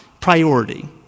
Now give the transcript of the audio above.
priority